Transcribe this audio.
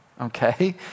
okay